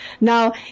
Now